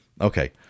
Okay